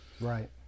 Right